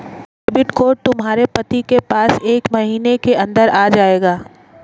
debit card तुम्हारे पति के पास एक महीने के अंदर आ जाएगा